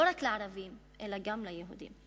לא רק לערבים אלא גם ליהודים.